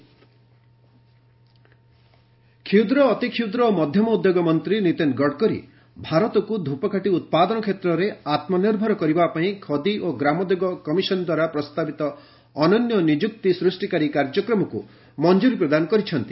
MSME କ୍ଷୁଦ୍ର ଅତିକ୍ଷୁଦ୍ର ଓ ମଧ୍ୟମ ଉଦ୍ୟୋଗ ମନ୍ତ୍ରୀ ନୀତିନ୍ ଗଡ଼କରୀ ଭାରତକ୍ ଧ୍ୟପକାଠି ଉତ୍ପାଦନ ଷେତ୍ରରେ ଆତ୍ମନିର୍ଭର କରିବାପାଇଁ ଖଦୀ ଓ ଗ୍ରାମୋଦ୍ୟୋଗ କମିଶନ୍ଦ୍ୱାରା ପ୍ରସ୍ତାବିତ ଅନନ୍ୟ ନିଯୁକ୍ତି ସୃଷ୍ଟି କାର୍ଯ୍ୟକ୍ରମକୁ ମଞ୍ଜୁରି ପ୍ରଦାନ କରିଛନ୍ତି